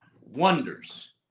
wonders